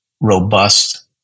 robust